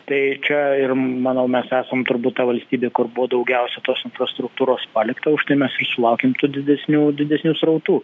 tai čia ir manau mes esam turbūt ta valstybė kur buvo daugiausiai tos infrastruktūros palikta už tai mes išlaukėm tų didesnių didesnių srautų